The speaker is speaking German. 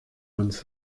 uns